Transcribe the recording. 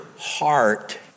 heart